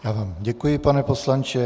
Já vám děkuji, pane poslanče.